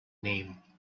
name